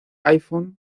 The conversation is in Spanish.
iphone